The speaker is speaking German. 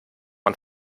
man